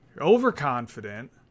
overconfident